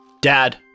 Dad